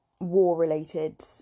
war-related